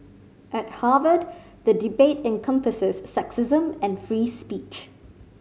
at Harvard the debate encompasses sexism and free speech